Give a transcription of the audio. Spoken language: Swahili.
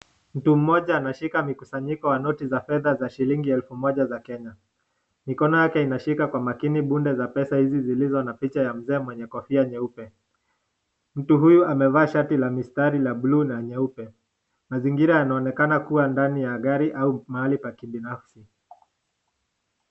Mtu mmoja anashika mikusanyiko wa noti za fedha za shilingi elfu moja za Kenya. Mikono yake inashika kwa makini bunda za pesa hizi zilizo na picha ya mzee mwenye kofia nyeupe. Mtu huyu amevaa shati la mistari la buluu na nyeupe. Mazingira yanaonekana kuwa ndani ya gari au mahali pa kibanafsi.